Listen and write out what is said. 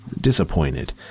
Disappointed